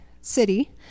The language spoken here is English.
City